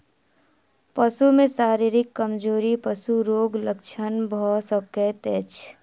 पशु में शारीरिक कमजोरी पशु रोगक लक्षण भ सकै छै